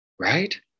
Right